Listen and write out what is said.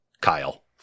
Kyle